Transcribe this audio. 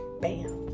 Bam